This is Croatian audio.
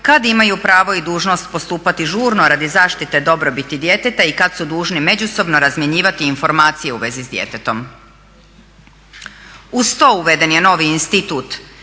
kad imaju pravo i dužnost postupati žurno radi zaštite dobrobiti djeteta i kad su dužni međusobno razmjenjivati informacije u vezi s djetetom. Uz to uveden je novi institut